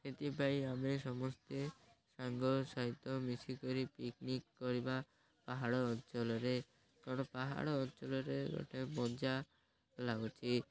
ସେଥିପାଇଁ ଆମେ ସମସ୍ତେ ସାଙ୍ଗ ସହିତ ମିଶିକରି ପିକ୍ନିକ୍ କରିବା ପାହାଡ଼ ଅଞ୍ଚଲରେ କାରଣ ପାହାଡ଼ ଅଞ୍ଚଳରେ ଗୋଟେ ମଜା ଲାଗୁଛି